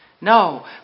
No